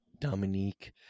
Dominique